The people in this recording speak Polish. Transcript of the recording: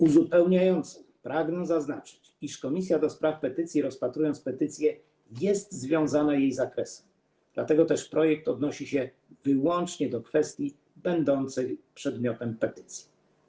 Uzupełniająco pragnę zaznaczyć, iż Komisja do Spraw Petycji, rozpatrując petycję, jest związana jej zakresem, dlatego też projekt odnosi się wyłącznie do kwestii będącej przedmiotem petycji.